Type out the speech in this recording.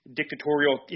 dictatorial